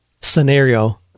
scenario